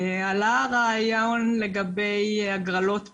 עלה הרעיון לגבי הגרלות פיס.